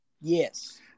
Yes